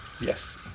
Yes